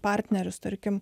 partnerius tarkim